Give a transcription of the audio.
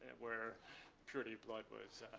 where purity of blood was,